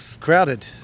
crowded